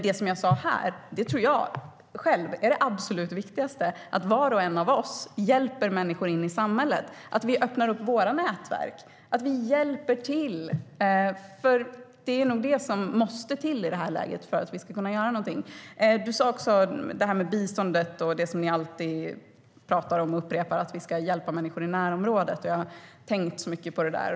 Det jag sa här tror jag själv dock är det absolut viktigaste, nämligen att var och en av oss hjälper människor in i samhället. Det handlar om att öppna upp våra nätverk och hjälpa till. Det är nog nämligen det som måste till i det här läget, för att vi ska kunna göra någonting. Du nämnde också biståndet och det ni alltid upprepar, alltså att vi ska hjälpa människor i närområdet. Jag har tänkt mycket på det där.